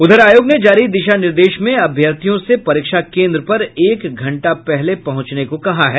उधर आयोग ने जारी दिशा निर्देश में अभ्यर्थियों से परीक्षा केन्द्र पर एक घंटा पहले पहुंचने को कहा है